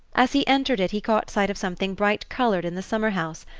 as he entered it he caught sight of something bright-coloured in the summer-house,